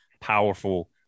powerful